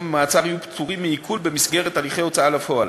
ממעצר יהיו פטורים מעיקול במסגרת הליכי הוצאה לפועל.